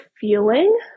feeling